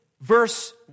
verse